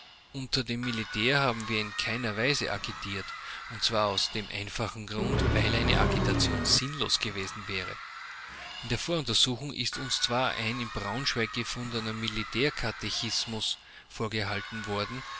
unter dem militär haben wir in keiner weise agitiert und zwar aus dem einfachen grunde weil eine agitation sinnlos gewesen wäre in der voruntersuchung ist uns zwar ein in braunschweig gefundener militärkatechismus vorgehalten worden